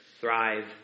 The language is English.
thrive